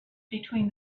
between